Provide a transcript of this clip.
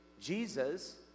Jesus